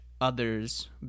Others